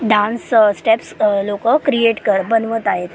dance steps लोकं create क बनवत आहेत